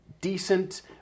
decent